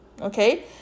okay